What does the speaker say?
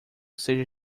seja